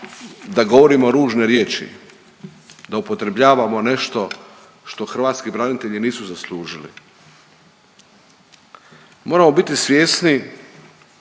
da govorimo ružne riječi, da upotrebljavamo nešto što hrvatski branitelji nisu zaslužili. Moramo biti svjesni,